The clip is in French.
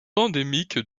endémiques